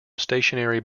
stationary